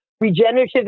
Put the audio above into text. regenerative